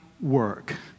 work